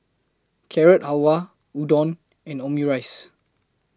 Carrot Halwa Udon and Omurice